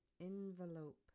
envelope